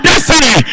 Destiny